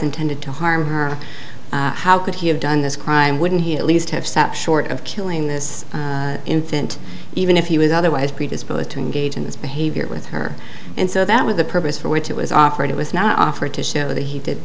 intended to harm her how could he have done this crime wouldn't he at least have stopped short of killing this infant even if he was otherwise predisposed to engage in this behavior with her and so that was the purpose for which it was offered it was not offered to show that he did